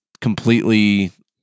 completely